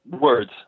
words